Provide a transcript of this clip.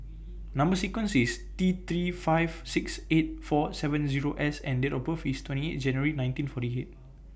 Number sequence IS T three five six eight four seven Zero S and Date of birth IS twenty eight January nineteen forty eight